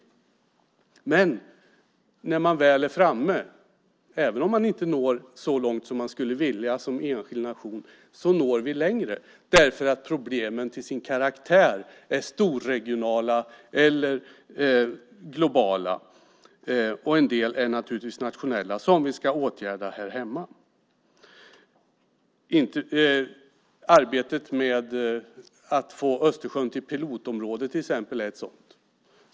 Men när man väl är framme - även om man inte når så långt som man skulle vilja som enskild nation - så når vi längre därför att problemen till sin karaktär är storregionala eller globala. En del problem är naturligtvis nationella - sådana som vi ska åtgärda här hemma. Arbetet med att få Östersjön till pilotområde är till exempel ett sådant.